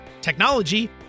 technology